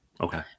Okay